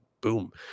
boom